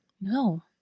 No